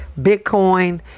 Bitcoin